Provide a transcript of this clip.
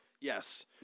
Yes